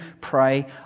pray